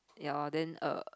ya lor then err